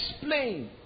Explain